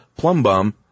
plumbum